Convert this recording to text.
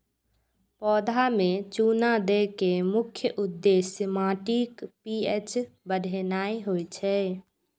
पौधा मे चूना दै के मुख्य उद्देश्य माटिक पी.एच बढ़ेनाय होइ छै